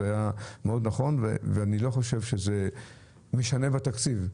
ואני לא חושב שזה משנה בתקציב.